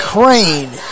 Crane